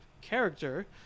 character